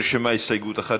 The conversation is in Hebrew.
נרשמה הסתייגות אחת,